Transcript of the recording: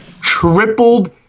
tripled